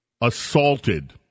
assaulted